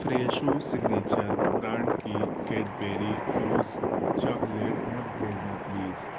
Fresho signature brand کی Cadbury Fuse chocolate مت بھیجنا پلیز